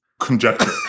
Conjecture